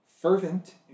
fervent